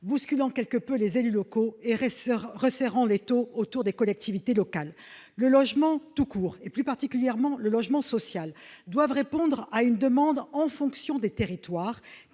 bousculant quelque peu les élus locaux et Racer resserrant l'étau autour des collectivités locales, le logement tout court, et plus particulièrement le logement social doivent répondre à une demande en fonction des territoires